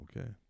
Okay